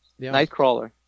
Nightcrawler